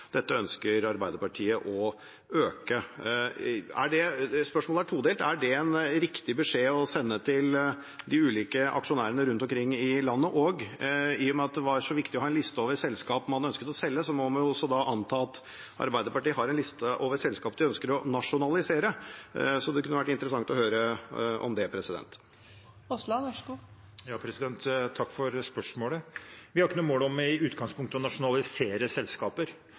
Dette ønsker Arbeiderpartiet å øke. Spørsmålet er todelt. Er det en riktig beskjed å sende til de ulike aksjonærene rundt omkring i landet? Og: I og med at det var så viktig å ha en liste over selskap man ønsket å selge, må man også anta at Arbeiderpartiet har en liste over selskap de ønsker å nasjonalisere. Det kunne vært interessant å høre om det. Takk for spørsmålet. Vi har i utgangspunktet ikke noe mål om å nasjonalisere selskaper,